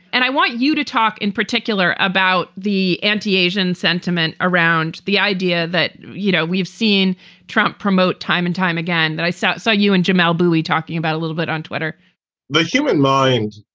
and i want you to talk in particular about the anti-asian sentiment around the idea that, you know, we've seen trump promote time and time again. and i say so you and jamal buie talking about a little bit on twitter the human mind.